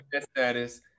status